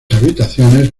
habitaciones